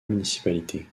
municipalités